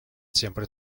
siempre